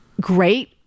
great